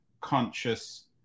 conscious